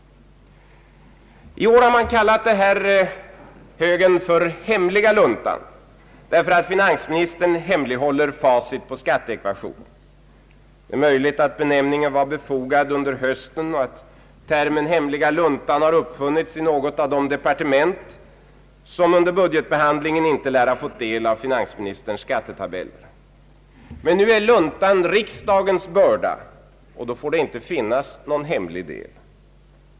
I år har man kallat denna pappershög för ”hemliga luntan”, därför att finansministern hemlighåller facit till skatteekvationen. Det är möjligt att benämningen var befogad under hösten och att termen hemliga luntan har uppfunnits i något av de departement som under budgetbehandlingen inte lär ha fått del av finansministerns skattetabeller. Men nu är luntan riksdagens börda, och då får det inte finnas någon hemlig del.